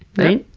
right?